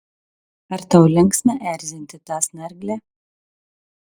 ar tau linksma erzinti tą snarglę